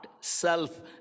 self